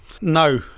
No